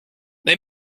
they